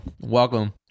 welcome